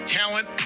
talent